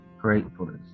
gratefulness